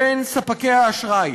בין ספקי האשראי,